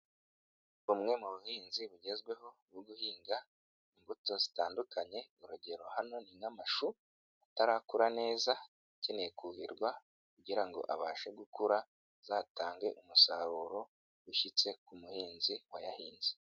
Bumwe mu buhinzi bugezweho bwo guhinga imbuto zitandukanye, urugero hano ni nk'amashu atarakura neza akeneye kuhirwa kugira ngo abashe gukura, azatange umusaruro ushyitse ku muhinzi wayahinze.